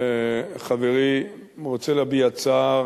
חברי, רוצה להביע צער